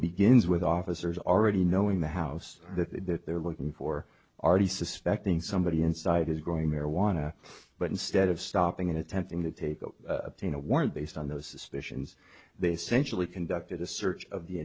begins with officers already knowing the house that they're looking for are the suspecting somebody inside is growing marijuana but instead of stopping in attempting to take a warrant based on those suspicions they centrally conducted a search of the